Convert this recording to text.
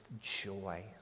joy